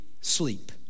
sleep